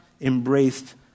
embraced